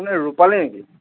মানে ৰূপালী নেকি